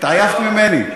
התעייפת ממני?